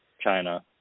China